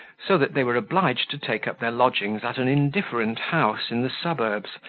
so that they were obliged to take up their lodgings at an indifferent house in the suburbs,